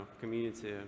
community